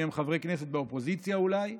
אם הם חברי כנסת באופוזיציה אולי,